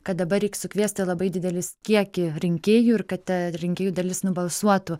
kad dabar reik sukviesti labai didelis kiekį rinkėjų ir kad ta rinkėjų dalis nubalsuotų